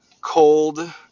cold